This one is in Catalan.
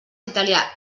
italià